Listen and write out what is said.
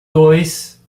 dois